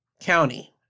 County